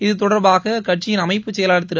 இத்தொடர்பாக அங்ட்சியின் அமைப்பு செயலாளர் திரு